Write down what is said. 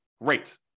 great